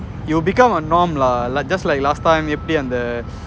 it will become a norm lah like just like last time எப்டி அந்த:epdi antha